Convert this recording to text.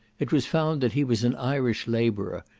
it was found that he was an irish labourer,